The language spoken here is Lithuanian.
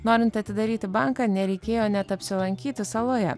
norint atidaryti banką nereikėjo net apsilankyti saloje